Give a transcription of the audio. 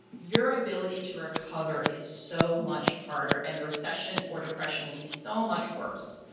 your ability to recover is so much harder. and the recession or depression will be so much worse.